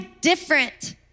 different